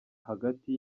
hagati